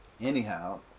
anyhow